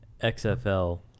XFL